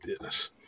Yes